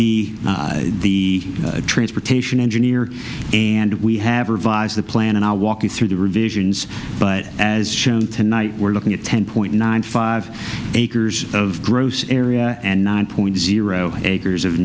d the transportation engineer and we have revised the plan and i'll walk you through the revisions but as shown tonight we're looking at ten point nine five acres of gross area and nine point zero acres of